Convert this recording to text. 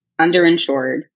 underinsured